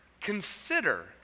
Consider